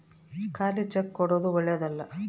ಖಾಲಿ ಚೆಕ್ ಕೊಡೊದು ಓಳ್ಳೆದಲ್ಲ